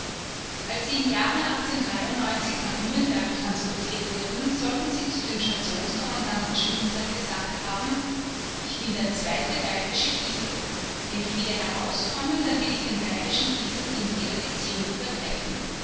als sie im jahre nach nürnberg transportiert wurden sollen sie zu dem stationskommandanten schnitzler gesagt haben ich bin der zweite bayerische hiesel wenn ich wieder herauskomme dann will ich den bayerischen hiesel in jeder beziehung übertreffen